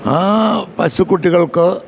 ആ പശുക്കുട്ടികൾക്ക്